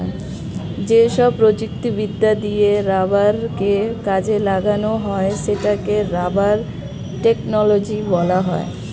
যেসব প্রযুক্তিবিদ্যা দিয়ে রাবারকে কাজে লাগানো হয় সেটাকে রাবার টেকনোলজি বলা হয়